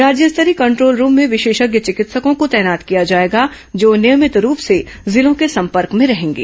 राज्य स्तरीय control room में विशेषज्ञ चिकित्सको को तैनात किया जाएगा जो नियमित रूप से जिलों के संपर्क में रहेंगे